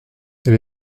elle